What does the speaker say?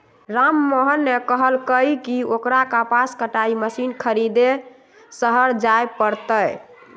राममोहन ने कहल कई की ओकरा कपास कटाई मशीन खरीदे शहर जाय पड़ तय